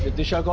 disha.